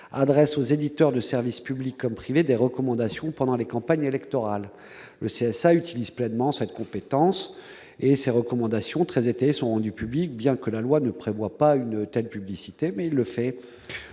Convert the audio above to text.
adresse aux éditeurs de services publics comme privés des recommandations pendant les campagnes électorales. Le CSA utilise pleinement sa compétence, et ses recommandations, très étayées, sont rendues publiques, bien que la loi ne prévoie pas une telle publicité. Le Président